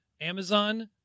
Amazon